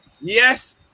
yes